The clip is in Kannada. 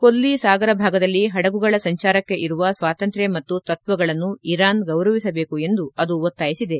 ಕೊಲ್ಲಿ ಸಾಗರ ಭಾಗದಲ್ಲಿ ಹಡಗುಗಳ ಸಂಚಾರಕ್ಕೆ ಇರುವ ಸ್ವಾತಂತ್ರ್ಯ ಮತ್ತು ತತ್ವಗಳನ್ನು ಇರಾನ್ ಗೌರವಿಸಬೇಕು ಎಂದು ಅದು ಒತ್ತಾಯಿಸಿದೆ